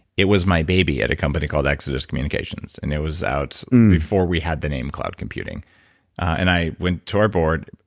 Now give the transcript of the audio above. it was my baby at a company called exodus communications and it was out before we had the name cloud computing and i went to our board.